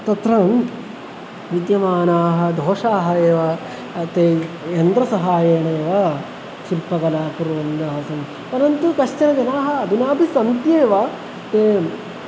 तत्र विद्यमानाः दोषाः एव ते यन्त्रसहाय्येनेव शिल्पकला कुर्वन्तः आसन् परन्तु कश्चन जनाः अधुनापि सन्ति एव ते